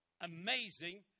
amazing